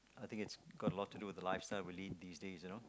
I think it's got a lot to do the lifestyle we lead these days you know